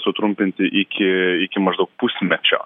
sutrumpinti iki iki maždaug pusmečio